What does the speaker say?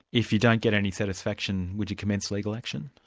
if you don't get any satisfaction, would you commence legal action?